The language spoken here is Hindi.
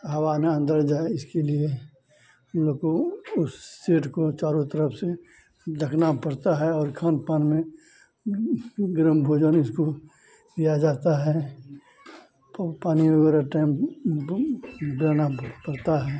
हवा ना अन्दर जाए इसके लिए लको उस शेड को चारों तरफ से ढकना पड़ता है और खान पान में ग्रम भोजन इसको दिया जाता है तो पानी वगैरह टाइम देना पड़ता है